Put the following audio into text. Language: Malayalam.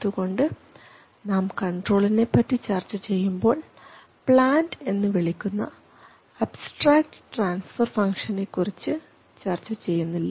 അതുകൊണ്ട് നാം കണ്ട്രോൾനെപറ്റി ചർച്ച ചെയ്യുമ്പോൾ പ്ലാൻറ് എന്നു വിളിക്കുന്ന അബ്സ്ട്രാക്ട് ട്രാൻസ്ഫർ ഫംഗ്ഷൻനെകുറിച്ച് ചർച്ച ചെയ്യുന്നില്ല